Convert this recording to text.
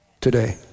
Today